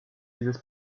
dieses